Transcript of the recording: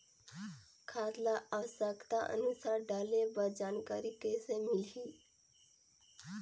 खाद ल आवश्यकता अनुसार डाले बर जानकारी कइसे मिलही?